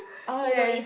alright